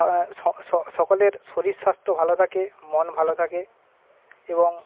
sauce সকলের শরীর স্বাস্থ্য ভালো থাকে মন ভালো থাকে এবং